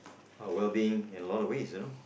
our well being in a lot of ways you know